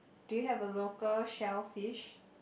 do you have a local shellfish